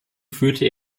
führte